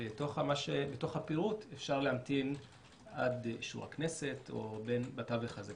בתוך הפירוט אפשר להמתין עד אישור הכנסת או בתווך הזה.